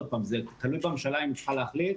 עוד פעם זה תלוי בממשלה אם אפשר להחליט.